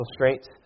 straits